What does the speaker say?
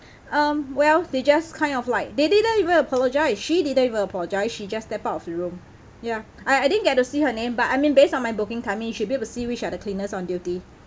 um well they just kind of like they didn't even apologise she didn't even apologise she just stepped out of the room ya I I didn't get to see her name but I mean based on my booking timing should be able see which are the cleaners on duty